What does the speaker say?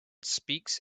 speaks